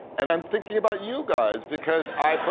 and i'm thinking about you guys because i